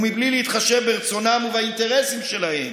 ומבלי להתחשב ברצונם ובאינטרסים שלהם.